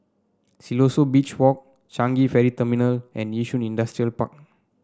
Siloso Beach Walk Changi Ferry Terminal and Yishun Industrial Park